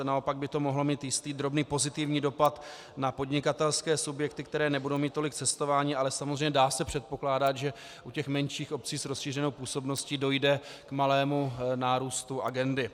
Naopak by to mohlo mít jistý drobný pozitivní dopad na podnikatelské subjekty, které nebudou mít tolik cestování, ale dá se samozřejmě předpokládat, že u těch menších obcí s rozšířenou působností dojde k malému nárůstu agendy.